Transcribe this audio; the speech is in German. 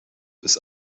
ist